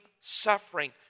suffering